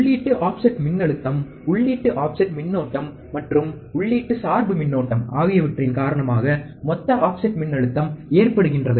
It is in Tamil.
உள்ளீட்டு ஆஃப்செட் மின்னழுத்தம் உள்ளீட்டு ஆஃப்செட் மின்னோட்டம் மற்றும் உள்ளீட்டு சார்பு மின்னோட்டம் ஆகியவற்றின் காரணமாக மொத்த ஆஃப்செட் மின்னழுத்தம் ஏற்படுகின்றது